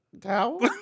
Towel